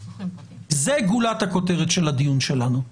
אני מניח שגם אתם יכולים לדבר ביניכם